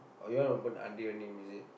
or you want open under your name is it